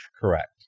Correct